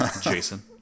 Jason